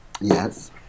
yes